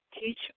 Teach